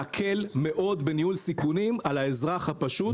צריך להקל מאוד בניהול סיכונים על האזרח הפשוט.